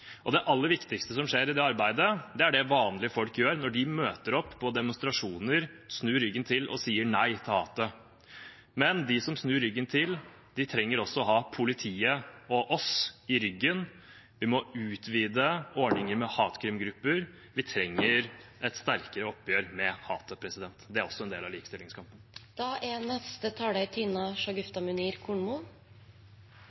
Det aller viktigste som skjer i det arbeidet, er det vanlige folk gjør når de møter opp på demonstrasjoner, snur ryggen til og sier nei til hatet. Men de som snur ryggen til, trenger å ha politiet og oss i ryggen. Vi må utvide ordninger med hatkrimgrupper, vi trenger et sterkere oppgjør med hatet. Det er også en del av likestillingskampen. Norske kvinner er